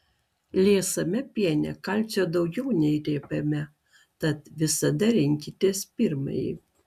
liesame piene kalcio daugiau nei riebiame tad visada rinkitės pirmąjį